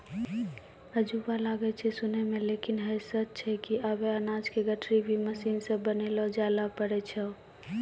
अजूबा लागै छै सुनै मॅ लेकिन है सच छै कि आबॅ अनाज के गठरी भी मशीन सॅ बनैलो जाय लॅ पारै छो